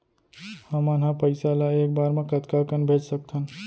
हमन ह पइसा ला एक बार मा कतका कन भेज सकथन?